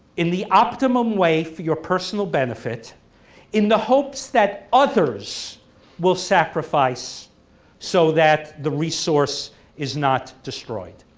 in the optimum way for your personal benefit in the hopes that others will sacrifice so that the resource is not destroyed.